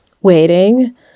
waiting